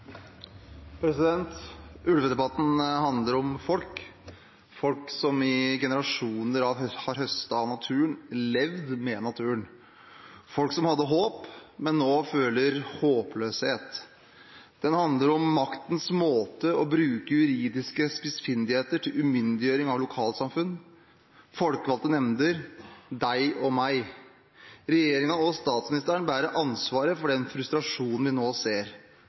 Ulvedebatten handler om folk, folk som i generasjoner har høstet av naturen, levd med naturen, folk som hadde håp, men nå føler håpløshet. Den handler om maktens måte å bruke juridiske spissfindigheter på, til umyndiggjøring av lokalsamfunn, folkevalgte nemnder, deg og meg. Regjeringen og statsministeren bærer ansvaret for den frustrasjonen vi nå ser.